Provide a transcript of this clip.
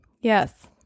Yes